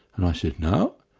and i said, no.